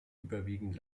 überwiegend